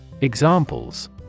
Examples